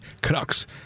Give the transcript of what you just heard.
canucks